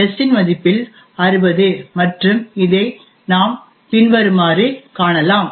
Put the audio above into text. s இன் மதிப்பில் 60 மற்றும் இதை நாம் பின்வருமாறு காணலாம்